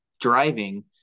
driving